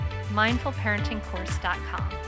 mindfulparentingcourse.com